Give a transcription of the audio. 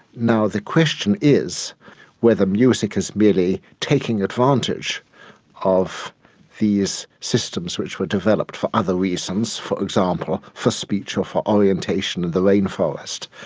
now, the question is whether music is merely taking advantage of these systems which were developed for other reasons, for example for speech or for orientation in the rainforest,